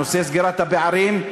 נושא סגירת הפערים,